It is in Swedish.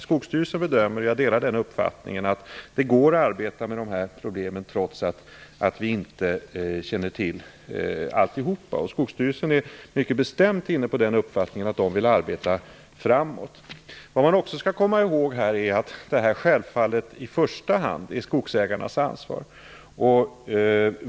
Skogsstyrelsen bedömer, och jag delar den uppfattningen, att det går att arbeta med de här problemen trots att vi inte känner till allt om dem. Skogsstyrelsen är mycket bestämt inne på den uppfattningen att man vill arbeta framåt. Vad man också skall komma ihåg är att det här självfallet i första hand är skogsägarnas ansvar.